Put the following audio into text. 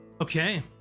Okay